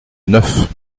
neuf